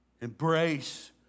Embrace